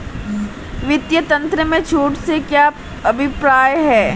वित्तीय तंत्र में छूट से क्या अभिप्राय है?